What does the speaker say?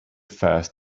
first